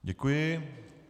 Děkuji.